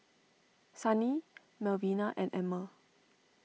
Sunny Melvina and Emmer